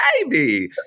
baby